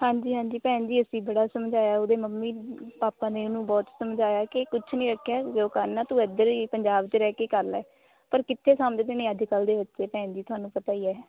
ਹਾਂਜੀ ਹਾਂਜੀ ਭੈਣ ਜੀ ਅਸੀਂ ਬੜਾ ਸਮਝਾਇਆ ਉਹਦੇ ਮੰਮੀ ਪਾਪਾ ਨੇ ਉਹਨੂੰ ਬਹੁਤ ਸਮਝਾਇਆ ਕਿ ਕੁਛ ਨਹੀਂ ਰੱਖਿਆ ਜੋ ਕਰਨਾ ਤੂੰ ਇੱਧਰ ਹੀ ਪੰਜਾਬ 'ਚ ਰਹਿ ਕੇ ਕਰ ਲੈ ਪਰ ਕਿੱਥੇ ਸਮਝਦੇ ਨੇ ਅੱਜ ਕੱਲ੍ਹ ਦੇ ਬੱਚੇ ਭੈਣ ਜੀ ਤੁਹਾਨੂੰ ਪਤਾ ਹੀ ਹੈ